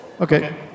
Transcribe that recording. Okay